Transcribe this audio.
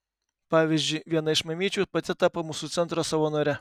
pavyzdžiui viena iš mamyčių pati tapo mūsų centro savanore